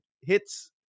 hits